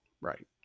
Right